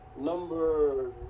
number